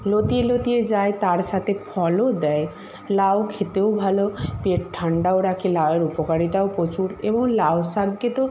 লতিয়ে লতিয়ে যায় তার সাথে ফলও দেয় লাউ খেতেও ভালো পেট ঠান্ডাও রাখে লাউয়ের উপকারিতাও প্রচুর এবং লাউ শাককে তো